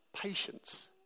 patience